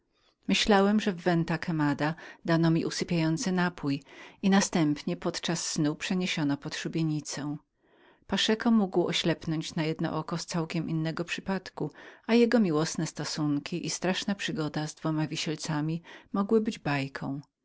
myślałem że w venta quemadaventa quemada dano mi usypiający napój i następnie podczas snu przeniesiono pod szubienicę paszeko mógł oślepnąć na jedno oko z wcale innego przypadku i jego miłosne stosunki i straszna przygoda z dwoma wisielcami mogły być bajką